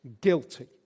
guilty